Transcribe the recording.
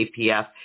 APF